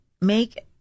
make